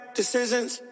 decisions